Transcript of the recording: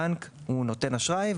בנק הוא נותן אשראי,